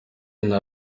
nta